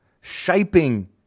shaping